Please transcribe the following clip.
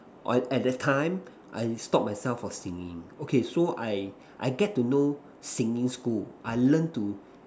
at the time I stop myself from singing okay so I I get to know singing school I learn to